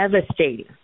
devastating